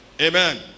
amen